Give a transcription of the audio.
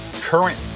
current